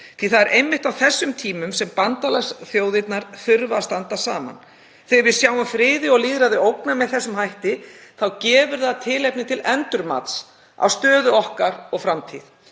að það er einmitt á þessum tímum sem bandalagsþjóðirnar þurfa að standa saman. Þegar við sjáum friði og lýðræði ógnað með þessum hætti þá gefur það tilefni til endurmats á stöðu okkar og framtíð.